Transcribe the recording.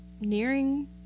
nearing